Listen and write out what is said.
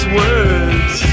words